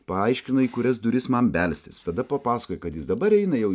paaiškino į kurias duris man belstis tada papasakojo kad jis dabar eina jau